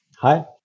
Hi